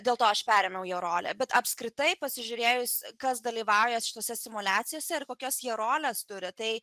dėl to aš perėmiau jo rolę bet apskritai pasižiūrėjus kas dalyvauja šituose simuliacijose ir kokias jie roles turi